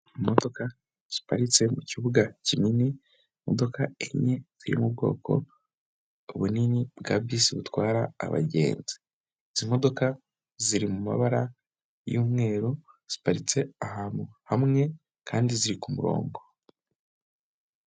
Imodoka ziparitse mu kibuga kinini imodoka enye ziri mu bwoko bunini bwa bisi butwara abagenzi, izi modoka ziri mu mabara y'umweru ziparitse ahantu hamwe kandi ziri ku murongo.